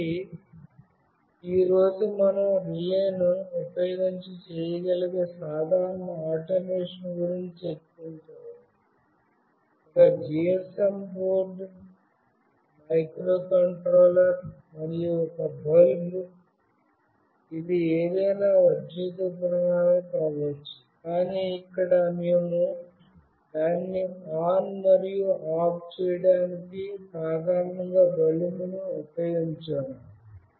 కాబట్టి ఈ రోజు మనం రిలేను ఉపయోగించి చేయగలిగే సాధారణ ఆటోమేషన్ గురించి చర్చించాము ఒక GSM బోర్డు మైక్రోకంట్రోలర్ మరియు ఒక బల్బ్ ఇది ఏదైనా విద్యుత్ ఉపకరణాలు కావచ్చు కానీ ఇక్కడ మేము దానిని ఆన్ మరియు ఆఫ్ చేయడానికి సాధారణ బల్బును ఉపయోగించాము